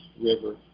river